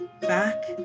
back